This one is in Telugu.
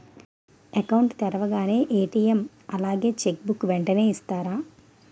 అకౌంట్ తెరవగానే ఏ.టీ.ఎం అలాగే చెక్ బుక్ వెంటనే ఇస్తారా?